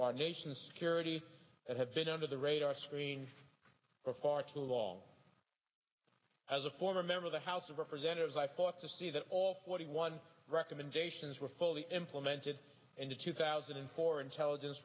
our nation's security that have been under the radar screen for far too long as a former member of the house of representatives i fought to see that all forty one recommendations were fully implemented and the two thousand and four intelligence